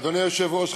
אדוני היושב-ראש,